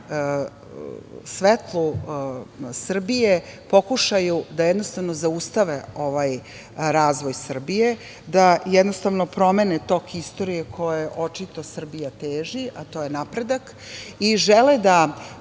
na svetlu Srbije pokušaju da jednostavno zaustave ovaj razvoj Srbije, da promene tok istorije kojoj očito Srbija teži, a to je napredak, i žele da